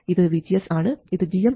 ഇത് VGS ആണ് ഇത് gm VGS ഇത് RL ആണ്